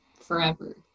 forever